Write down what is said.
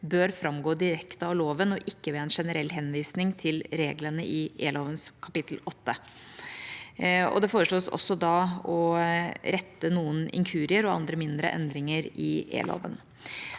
bør framgå direkte av loven, og ikke ved en generell henvisning til reglene i E-lovens kapittel åtte. Det foreslås også å rette noen inkurier og andre mindre endringer i E-loven.